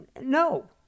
No